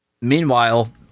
meanwhile